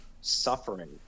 suffering